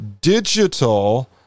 digital